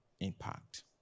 impact